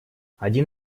один